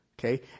Okay